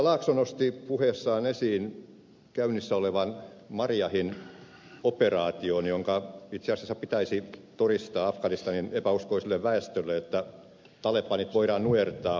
laakso nosti puheessaan esiin käynnissä olevan marjahin operaation jonka itse asiassa pitäisi todistaa afganistanin epäuskoiselle väestölle että talebanit voidaan nujertaa pysyvästi